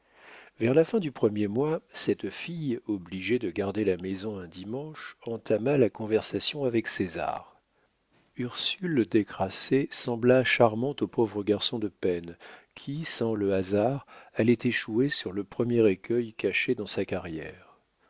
vers la fin du premier mois cette fille obligée de garder la maison un dimanche entama la conversation avec césar ursule décrassée sembla charmante au pauvre garçon de peine qui sans le hasard allait échouer sur le premier écueil caché dans sa carrière